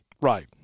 Right